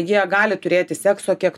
jie gali turėti sekso kiek